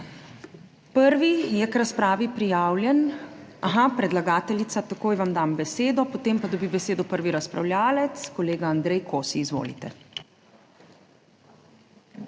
Prvi je k razpravi prijavljen... Aha, predlagateljica, takoj vam dam besedo, potem pa dobi besedo prvi razpravljavec, kolega Andrej Kosi. Izvolite.